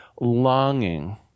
longing